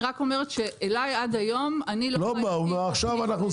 אני רק אומרת שעד היום אני לא ראיתי תוכנית,